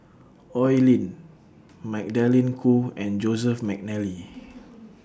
Oi Lin Magdalene Khoo and Joseph Mcnally